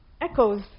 echoes